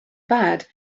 bad